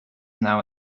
now